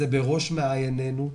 שזה בראש מעיננו.